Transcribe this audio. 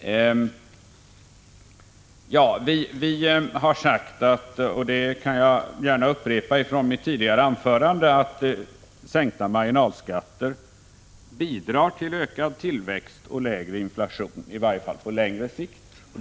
Vi har sagt, det kan jag gärna upprepa från mitt tidigare anförande, att sänkta marginalskatter bidrar till ökad tillväxt och lägre inflation, i varje fall på längre sikt.